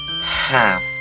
half